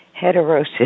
Heterosis